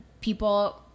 people